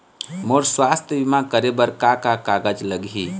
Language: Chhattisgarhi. मोर स्वस्थ बीमा करे बर का का कागज लगही?